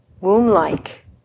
womb-like